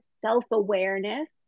self-awareness